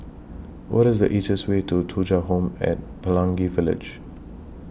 What IS The easiest Way to Thuja Home At Pelangi Village